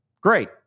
great